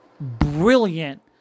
brilliant